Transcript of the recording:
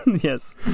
Yes